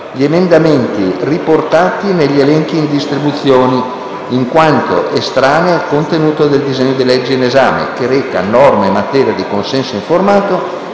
gli emendamenti riportati negli elenchi in distribuzione, in quanto estranei al contenuto del disegno di legge in esame, che reca norme in materia di consenso informato